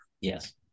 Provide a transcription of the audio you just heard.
Yes